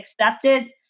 accepted